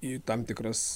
į tam tikras